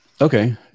Okay